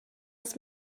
his